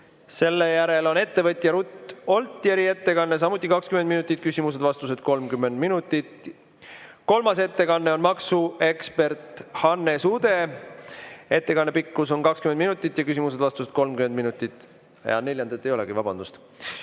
Seejärel on ettevõtja Ruth Oltjeri ettekanne, samuti 20 minutit, küsimused‑vastused 30 minutit. Kolmas ettekanne on maksuekspert Hannes Uddel, ettekande pikkus on 20 minutit ja küsimused‑vastused 30 minutit. Ja neljandat ei olegi, vabandust.